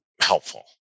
helpful